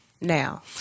now